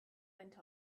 went